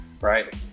right